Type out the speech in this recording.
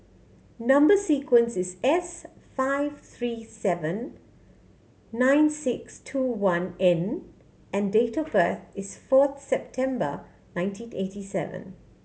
number sequence is S five three seven nine six two one N and date of birth is fourth September nineteen eighty seven